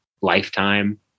lifetime